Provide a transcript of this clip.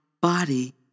body